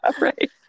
right